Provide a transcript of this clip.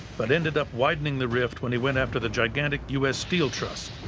but ended up widening the rift when he went after the gigantic u s. steel trust.